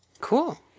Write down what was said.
Cool